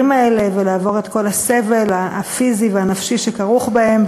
האלה ולעבור את כל הסבל הפיזי והנפשי שכרוך בהם,